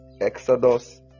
exodus